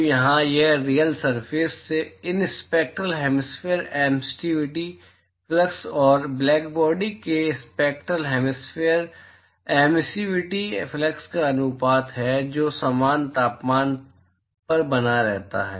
तो यहाँ यह रियल सरफेस से इन स्पैक्टरल हैमिस्फेरकल एमिसिविटी फ्लक्स और ब्लैकबॉडी से स्पैक्टरल हैमिस्फेरकल एमिसिविटी फ्लक्स का अनुपात है जो समान तापमान पर बना रहता है